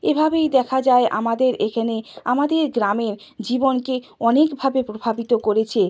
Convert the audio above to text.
এভাবেই দেখা যায় আমাদের এখানে আমাদের গ্রামের জীবনকে অনেকভাবে প্রভাবিত করেছে